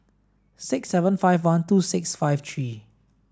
six seven five one two six five three